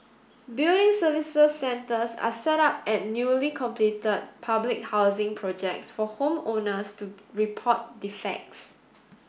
building services centres are set up at newly completed public housing projects for home owners to report defects